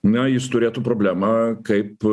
na jis turėtų problemą kaip